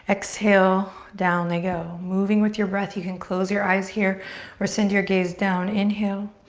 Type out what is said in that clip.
exhale, down they go. moving with your breath. you can close your eyes here or send your gaze down. inhale.